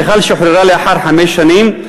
מיכל שוחררה לאחר חמש שנים,